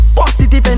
Positive